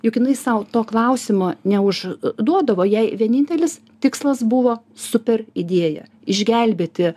juk jinai sau to klausimo neužduodavo jai vienintelis tikslas buvo super idėja išgelbėti